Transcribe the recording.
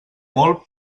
molt